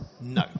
No